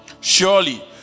surely